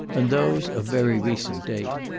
and those of very recent date.